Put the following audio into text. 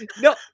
No